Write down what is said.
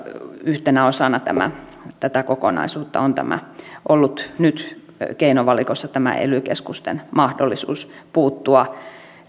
yhtenä osana tätä kokonaisuutta on nyt ollut keinovalikossa tämä ely keskusten mahdollisuus puuttua